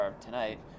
tonight